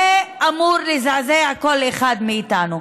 זה אמור לזעזע כל אחד מאיתנו.